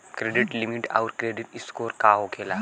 Credit limit आउर credit score का होखेला?